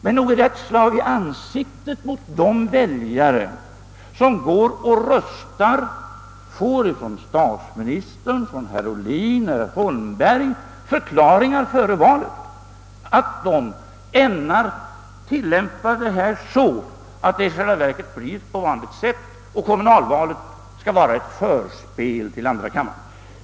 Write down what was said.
— men nog är det väl ett slag i ansiktet, om väljare som skall rösta får ifrån statsministern, ifrån herr Ohlin och ifrån herr Holmberg förklaringar före valet att de ämnar tillämpa det så att det i själva verket blir på vanligt sätt, så att kommunalvalet skall vara ett förspel till andra kammaren.